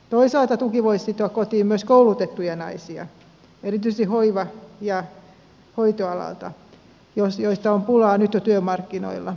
toisaalta tuki voi sitoa kotiin myös koulutettuja naisia erityisesti hoiva ja hoitoalalta joista on pulaa nyt jo työmarkkinoilla